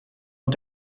und